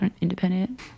independent